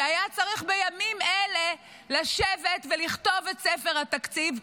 שהיה צריך בימים אלה לשבת ולכתוב את ספר התקציב,